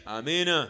Amen